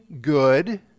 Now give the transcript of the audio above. good